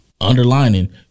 underlining